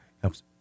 helps